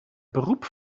beroep